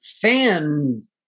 fan